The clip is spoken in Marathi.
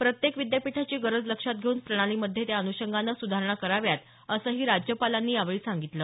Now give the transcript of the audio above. प्रत्येक विद्यापिठाची गरज लक्षात घेऊन प्रणालीमध्ये त्या अन्षंगाने सुधारणा कराव्यात असंही राज्यपालांनी यावेळी सांगितलं